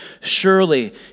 surely